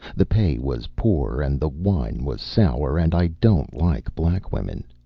the pay was poor and the wine was sour, and i don't like black women.